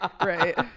Right